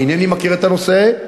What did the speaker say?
אינני מכיר את הנושא,